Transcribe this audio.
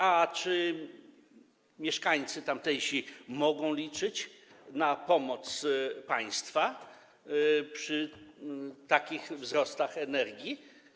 A czy mieszkańcy tamtejsi mogą liczyć na pomoc państwa przy takich wzrostach cen energii?